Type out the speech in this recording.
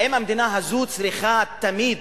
האם המדינה הזו צריכה תמיד